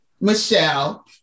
Michelle